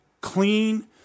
clean